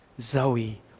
Zoe